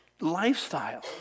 lifestyle